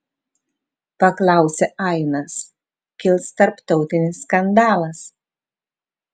paklausė ainas kils tarptautinis skandalas